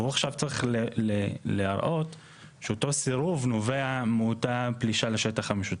והוא עכשיו צריך להראות שאותה סירוב נובע מאותה פלישה לשטח המשותף.